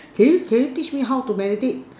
can you can you teach me how to meditate